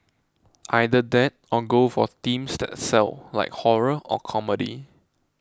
either that or go for themes that sell like horror or comedy